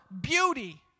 beauty